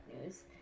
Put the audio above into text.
news